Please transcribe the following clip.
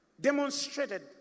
demonstrated